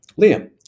Liam